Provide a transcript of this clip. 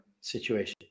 situation